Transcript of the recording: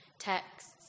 texts